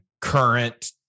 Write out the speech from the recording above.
current